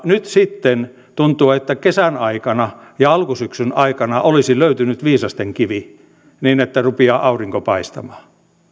nyt sitten tuntuu että kesän aikana ja alkusyksyn aikana olisi löytynyt viisastenkivi niin että rupeaa aurinko paistamaan